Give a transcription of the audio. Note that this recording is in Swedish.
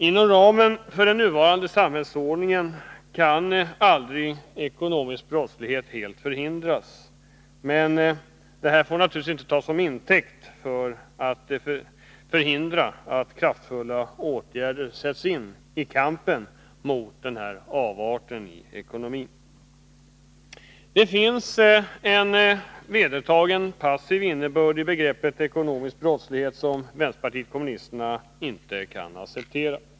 Inom ramen för den nuvarande samhällsordningen kan aldrig ekonomisk brottslighet helt förhindras, men detta får inte tas som intäkt för att hindra att kraftfulla åtgärder sätts in i kampen mot denna avart i ekonomin. Det finns en vedertagen passiv innebörd av begreppet ekonomisk brottslighet som vänsterpartiet kommunisterna inte kan acceptera.